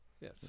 Yes